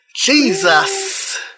Jesus